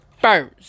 first